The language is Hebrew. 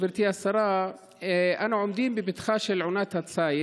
גברתי השרה, אנו עומדים בפתחה של עונת הציד.